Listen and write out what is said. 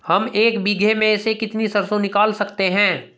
हम एक बीघे में से कितनी सरसों निकाल सकते हैं?